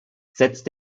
setzt